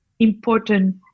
important